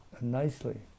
nicely